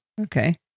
Okay